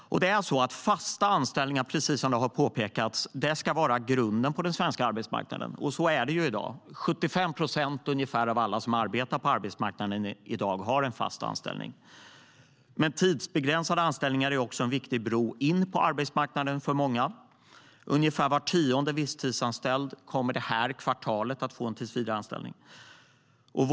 Fasta anställningar ska, precis som har påpekats, vara grunden på den svenska arbetsmarknaden. Så är det också i dag; ungefär 75 procent av alla på arbetsmarknaden har en fast anställning. Tidsbegränsade anställningar är dock en viktig bro in på arbetsmarknaden för många - ungefär var tionde visstidsanställd kommer att få en tillsvidareanställning under det här kvartalet.